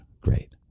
great